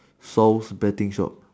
solve betting shop